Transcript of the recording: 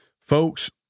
folks